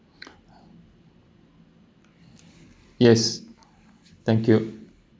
yes thank you